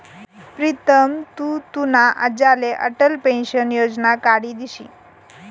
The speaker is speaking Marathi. प्रीतम तु तुना आज्लाले अटल पेंशन योजना काढी दिशी